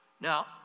Now